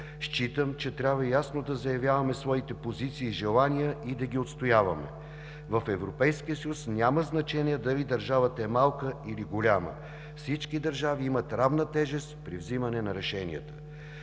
Считам, че трябва ясно да заявяваме своите позиции и желания и да ги отстояваме. В Европейския съюз няма значение дали държавата е малка или голяма. Всички държави имат равна тежест при вземане на решенията.